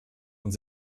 und